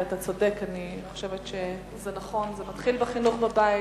אתה צודק, זה נכון, זה מתחיל בחינוך בבית,